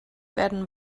werden